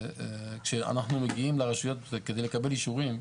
כשאנחנו מגיעים לרשויות כדי לקבל אישורים,